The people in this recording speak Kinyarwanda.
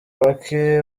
bake